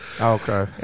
Okay